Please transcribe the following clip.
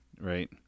right